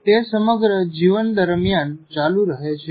તે સમગ્ર જીવન દરમિયાન ચાલુ રહે છે